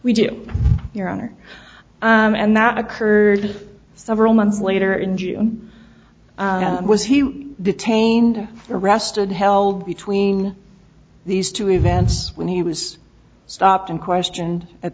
we do your honor and that occurred several months later in june was he was detained arrested held between these two events when he was stopped and questioned at